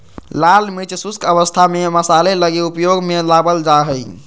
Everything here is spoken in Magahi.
लाल मिर्च शुष्क अवस्था में मसाले लगी उपयोग में लाबल जा हइ